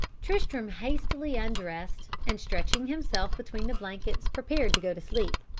tristram hastily undressed, and stretching himself between the blankets, prepared to go to sleep.